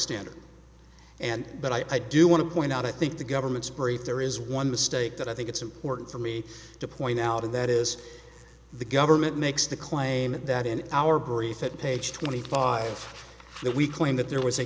standard and but i do want to point out i think the government's brief there is one mistake that i think it's important for me to point out of that is the government makes the claim that in our brief it page twenty five that we claim that there was a